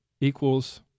equals